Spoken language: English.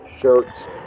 shirts